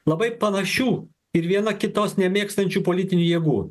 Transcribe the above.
labai panašių ir viena kitos nemėgstančių politinių jėgų